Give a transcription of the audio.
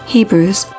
Hebrews